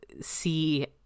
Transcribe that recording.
see